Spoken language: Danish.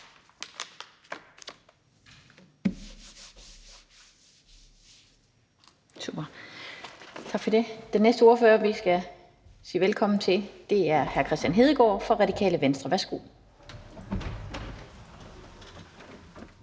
bemærkninger. Den næste ordfører, vi skal sige velkommen til, er hr. Kristian Hedegaard fra Radikale Venstre. Værsgo.